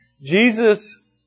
Jesus